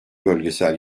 bölgesel